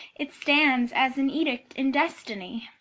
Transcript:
it stands as an edict in destiny.